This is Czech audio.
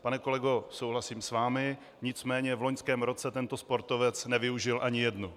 Pane kolego, souhlasím s vámi, nicméně v loňském roce tento sportovec nevyužil ani jednu.